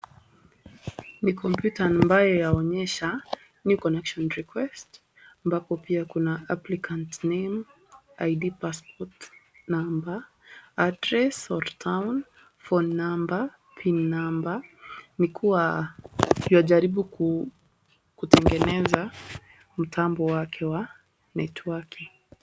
Ni computer ambayo yaonyesha new connection request , ambapo pia kuna applicant name, ID passport, number, address or town, phone number, PIN number , Ni kua. yuwajaribu kutengeneza mtambo wake wa networking.